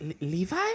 Levi